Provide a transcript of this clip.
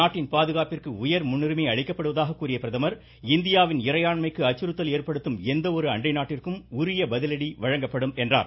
நாட்டின் பாதுகாப்பிற்கு உயர் முன்னுரிமை அளிக்கப்படுவதாக கூறிய பிரதமர் இந்தியாவின் இறையாண்மைக்கு அச்சுறுத்தல் ஏற்படுத்தும் எந்த ஒரு அண்டை நாட்டினருக்கும் உரிய பதிலடி வழங்கப்படும் என்றார்